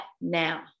now